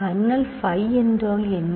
kernel Phi என்றால் என்ன